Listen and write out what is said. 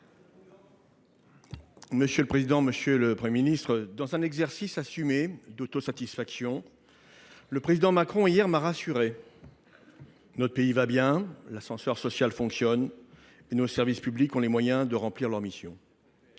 Monsieur le président, monsieur le Premier ministre, dans un exercice assumé d’autosatisfaction, le président Macron m’a hier rassuré. Notre pays va bien, l’ascenseur social fonctionne et nos services publics ont les moyens de remplir leurs missions